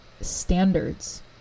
standards